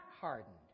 hardened